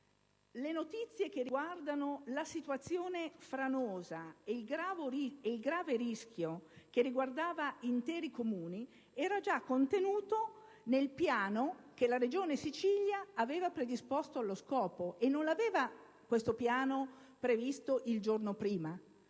le notizie che riguardavano la situazione franosa e il grave rischio che interessava interi Comuni erano contenute nel piano che la Regione Sicilia aveva predisposto allo scopo, e questo piano non era stato redatto il giorno prima